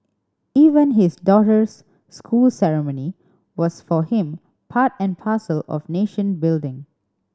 even his daughter's school ceremony was for him part and parcel of nation building